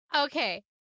Okay